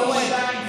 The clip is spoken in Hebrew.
יורד.